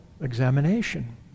examination